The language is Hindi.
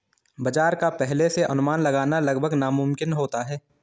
बाजार का पहले से अनुमान लगाना लगभग नामुमकिन होता है